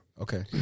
Okay